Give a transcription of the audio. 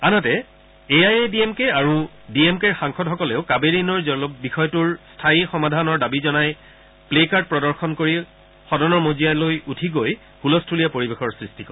আনহাতে A I A D M K আৰু D M কেৰ সাংসদসকলেও কাবেৰী নৈৰ বিষয়টোৰ স্থায়ী সমাধান দাবী জনাই প্লে কাৰ্ড প্ৰদৰ্শন কৰি সদনৰ মাজমজিয়ালৈ উঠি গৈ হুলস্থূলীয়া পৰিৱেশৰ সৃষ্টি কৰে